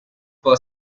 per